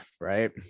right